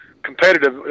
competitive